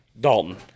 Dalton